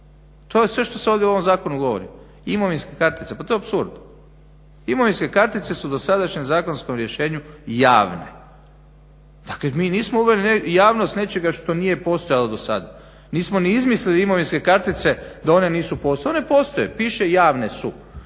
To je sve što se ovdje u ovom zakonu govori, imovinske kartice, pa to je apsurd. Imovinske kartice su u dosadašnjem zakonskom rješenju javne, dakle mi nismo uvali javnost nečega što nije postojalo do sad, nismo ni izmislili imovinske kartice da one nisu postojale, one postoje, piše javne su.